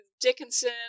Dickinson